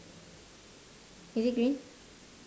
is it green